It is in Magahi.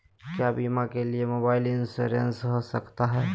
क्या बीमा के लिए मोबाइल इंश्योरेंस हो सकता है?